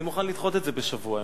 אני מוכן לדחות את זה בשבוע,